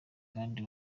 kandi